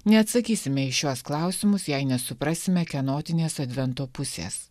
neatsakysime į šiuos klausimus jei nesuprasime kenotinės advento pusės